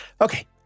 Okay